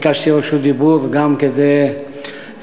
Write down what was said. ביקשתי רשות דיבור באמת גם כדי להודות